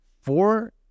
four